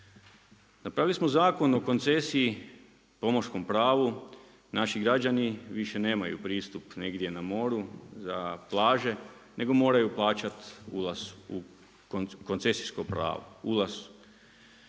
Napravili smo Zakon o koncesiji, …/Govornik se ne razumije./… pravu, naši građani, više nemaju pristup negdje na moru za plaže, nego moraju plaćati ulaz u koncesijsko pravo. Ulaz. Napravili